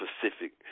Pacific